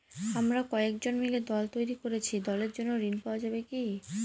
আমরা কয়েকজন মিলে দল তৈরি করেছি দলের জন্য ঋণ পাওয়া যাবে কি?